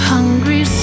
Hungry